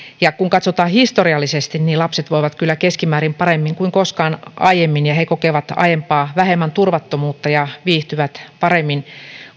kun katsotaan historiallisesti niin lapset voivat kyllä keskimäärin paremmin kuin koskaan aiemmin ja he kokevat aiempaa vähemmän turvattomuutta ja viihtyvät paremmin